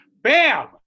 bam